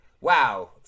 Wow